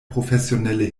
professionelle